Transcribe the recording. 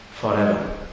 forever